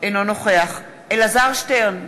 אינו נוכח אלעזר שטרן,